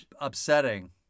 upsetting